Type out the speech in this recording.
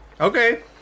Okay